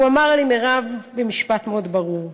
והוא אמר לי במשפט מאוד ברור: